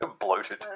bloated